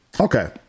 Okay